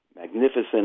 magnificent